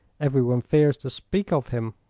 everyone fears to speak of him.